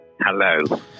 Hello